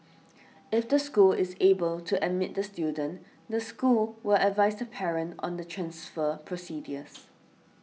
if the school is able to admit the student the school will advise the parent on the transfer procedures